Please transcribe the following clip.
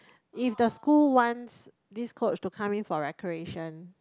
if the school wants this coach to come in for recreation